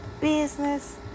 business